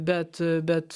bet bet